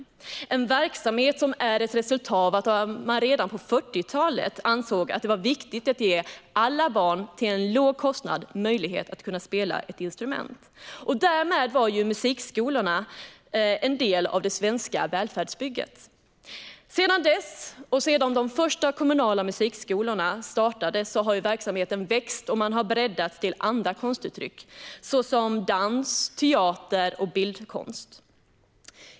Det är en verksamhet som är ett resultat av att man redan på 40-talet ansåg att det var viktigt att ge alla barn möjlighet att till låg kostnad spela ett instrument. Därmed var musikskolorna en del av det svenska välfärdsbygget. Sedan de första kommunala musikskolorna startade har verksamheten vuxit och breddats till andra konstuttryck, såsom dans, teater och bildkonst.